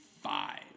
five